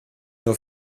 nur